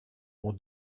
more